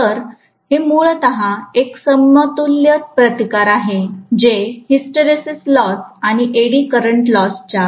तर हे मूलत एक समतुल्य प्रतिकार आहे जे हिस्टरेसिस लॉस आणि एडी करंट लॉसच्या Eddy current losses